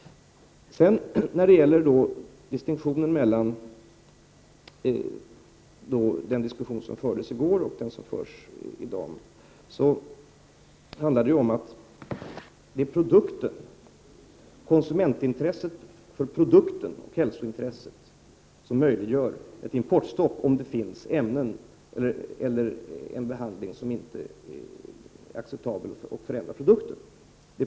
När det sedan gäller distinktionen mellan den diskussion som fördes i går och den som förs i dag, är det produkten det handlar om. Det är konsumenternas intresse för produkten och hälsointresset som möjliggör ett importstopp, om det finns ämnen eller har ägt rum en behandling som inte är acceptabel och som förändrar produkten.